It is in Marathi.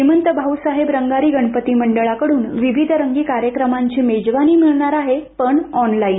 श्रीमंत भाऊसाहेब रंगारी गणपती मंडळाकडून विविधरंगी कार्यक्रमांची मेजवानी मिळणार आहे पण ऑनलाईन